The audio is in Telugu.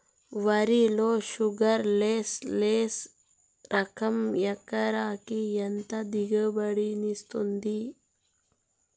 వరి లో షుగర్లెస్ లెస్ రకం ఎకరాకి ఎంత దిగుబడినిస్తుంది